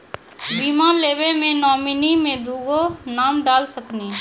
बीमा लेवे मे नॉमिनी मे दुगो नाम डाल सकनी?